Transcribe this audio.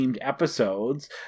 episodes